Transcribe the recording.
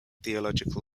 theological